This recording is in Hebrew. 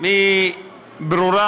היא ברורה.